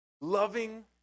loving